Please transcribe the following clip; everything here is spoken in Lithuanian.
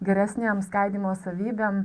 geresnėm skaidymo savybėm